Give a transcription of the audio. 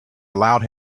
allowed